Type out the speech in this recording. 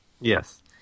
Yes